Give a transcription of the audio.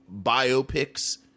biopics